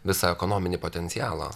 visą ekonominį potencialą